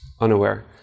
unaware